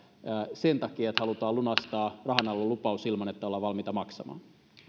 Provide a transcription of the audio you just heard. sen takia että halutaan lunastaa rahanarvoinen lupaus ilman että ollaan valmiita maksamaan